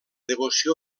devoció